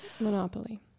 Monopoly